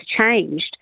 changed